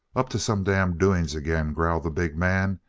up to some damn doings again, growled the big man.